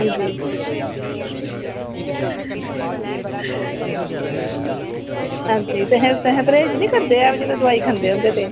हां जी अहें तुस परहेज़ नी करदे हो दवाई खंदे जे